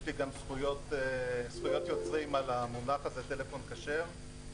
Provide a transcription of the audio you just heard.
יש לי גם זכויות יוצרים על המונח "טלפון כשר",